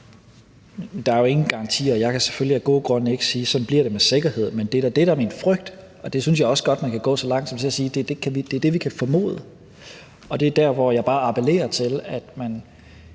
Der er jo ingen garantier. Jeg kan selvfølgelig af gode grunde ikke sige, at det bliver sådan med sikkerhed, men det er da det, der er min frygt, og det synes jeg også godt man kan gå så langt som til at sige er det, som vi kan formode. Det er der, hvor jeg bare appellerer til, at man